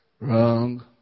Wrong